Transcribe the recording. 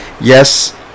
yes